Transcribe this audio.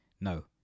no